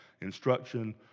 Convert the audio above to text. instruction